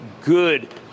good